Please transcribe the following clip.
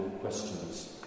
questions